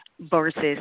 versus